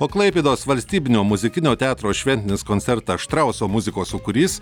o klaipėdos valstybinio muzikinio teatro šventinis koncertas štrauso muzikos sūkurys